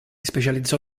specializzò